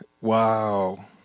Wow